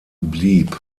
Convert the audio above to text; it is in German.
blieb